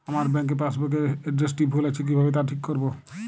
আমার bank passbook এর এড্রেসটি ভুল আছে কিভাবে তা ঠিক করবো?